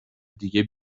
دیگه